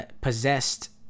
possessed